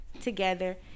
together